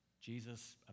Jesus